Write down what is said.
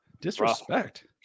Disrespect